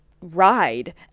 ride